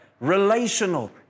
relational